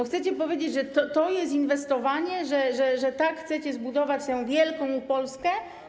Chcecie powiedzieć, że to jest inwestowanie, że tak chcecie zbudować tę wielką Polskę?